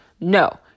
no